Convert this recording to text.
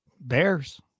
bears